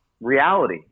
reality